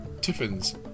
Tiffin's